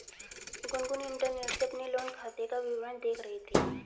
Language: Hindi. गुनगुन इंटरनेट से अपने लोन खाते का विवरण देख रही थी